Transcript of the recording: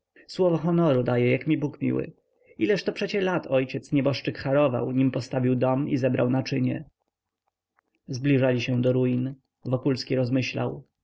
słowo honoru daję jak mi bóg miły ileżto przecie lat ojciec nieboszczyk harował nim postawił dom i zebrał naczynie zbliżali się do ruin wokulski rozmyślał